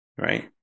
right